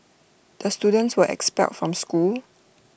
the students were expelled from school